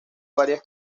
varias